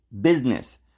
business